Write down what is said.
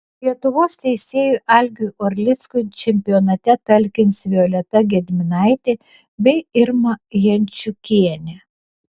lietuvos teisėjui algiui orlickui čempionate talkins violeta gedminaitė bei irma jančiukienė